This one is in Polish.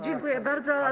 Dziękuję bardzo.